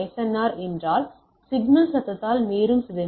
R என்றால் signal சத்தத்தால் மேலும் சிதைந்துள்ளது